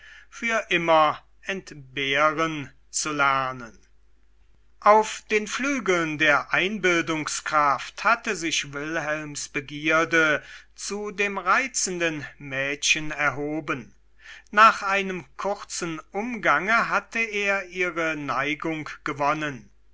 für immer entbehren zu lernen auf den flügeln der einbildungskraft hatte sich wilhelms begierde zu dem reizenden mädchen erhoben nach einem kurzen umgange hatte er ihre neigung gewonnen